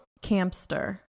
Campster